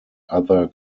other